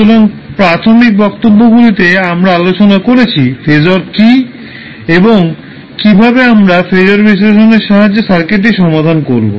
সুতরাং প্রাথমিক বক্তব্যগুলিতে আমরা আলোচনা করেছি ফেজর কী এবং কীভাবে আমরা ফেজর বিশ্লেষণের সাহায্যে সার্কিটটি সমাধান করব